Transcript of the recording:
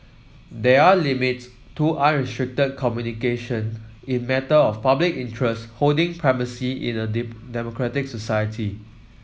there are limits to communication in matter of public interest holding primacy in a democratic society